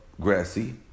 grassy